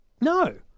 No